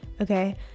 okay